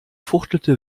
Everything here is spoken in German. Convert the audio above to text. fuchtelte